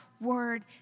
word